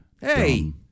Hey